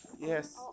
Yes